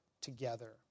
together